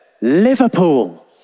liverpool